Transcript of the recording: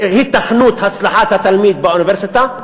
היתכנות הצלחת התלמיד באוניברסיטה.